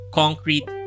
concrete